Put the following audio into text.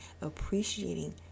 appreciating